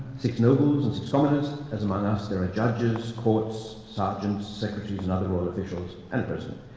six nobles and six commoners, as among us there are judges, court sergeants, secretaries, and other royal officials, and a president.